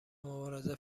مبارزه